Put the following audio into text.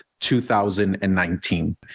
2019